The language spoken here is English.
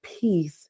peace